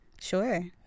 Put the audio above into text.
Sure